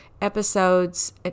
episodes